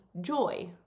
joy